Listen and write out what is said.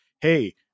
hey